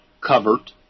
covered